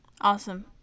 awesome